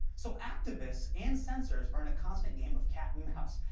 so activists and censors are in a constant game of cat and mouse.